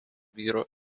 vyrų